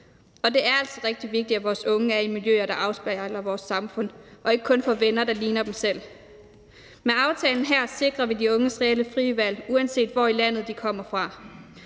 Det er altså rigtig vigtigt, at vores unge er i miljøer, der afspejler vores samfund, og ikke kun får venner, der ligner dem selv. Med aftalen her sikrer vi de unges reelle frie valg, uanset hvor i landet de kommer fra,